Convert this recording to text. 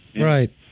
Right